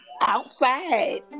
outside